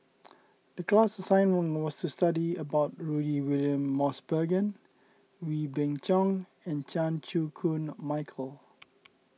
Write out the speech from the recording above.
the class assignment was to study about Rudy William Mosbergen Wee Beng Chong and Chan Chew Koon Michael